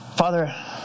Father